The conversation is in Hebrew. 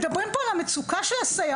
מדברים פה על מצוקת הסייעות,